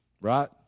Right